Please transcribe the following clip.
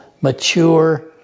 mature